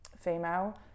female